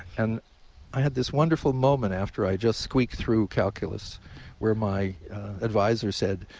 and i had this wonderful moment after i just squeaked through calculus where my advisor said,